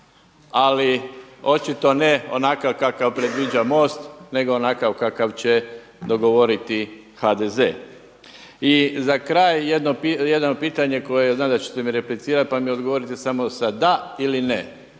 ali očito ne onakakav kakav predviđa MOST, nego onakav kakav će dogovoriti HDZ. I za kraj jedno pitanje, znam da ćete mi replicirati pa mi odgovorite samo as da ili ne.